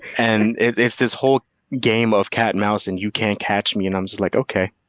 and it's this whole game of cat and mouse and you can't catch me. and i'm just like, okay.